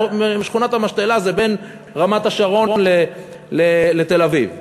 שכונת-המשתלה היא בין רמת-השרון לתל-אביב,